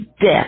death